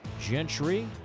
Gentry